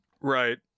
Right